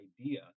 idea